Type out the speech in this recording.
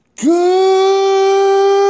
Good